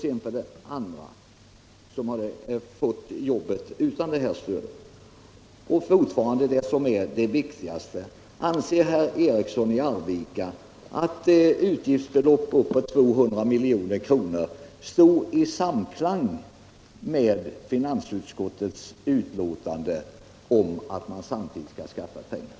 Sedan vill jag fråga, och det är det viktigaste: Anser herr Eriksson att denna utgift på 200 milj.kr. stod i samklang med finansutskottets uttalande att man samtidigt måste skaffa fram de pengarna?